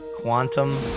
Quantum